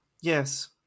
Yes